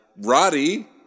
Roddy